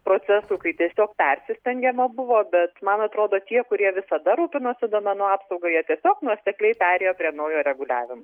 procesų kai tiesiog persistengiama buvo bet man atrodo tie kurie visada rūpinosi duomenų apsauga jie tiesiog nuosekliai perėjo prie naujo reguliavim